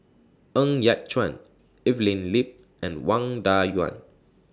Ng Yat Chuan Evelyn Lip and Wang Dayuan